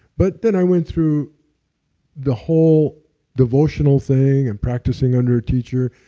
but then i went through the whole devotional thing, and practicing under a teacher.